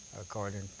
according